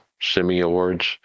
semi-awards